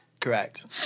Correct